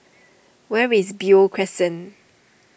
where is Beo Crescent